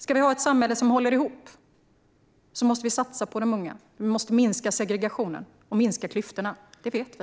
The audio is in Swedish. Om vi ska ha ett samhälle som håller ihop måste vi satsa på de unga, minska segregationen och minska klyftorna. Det vet vi.